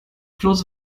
klose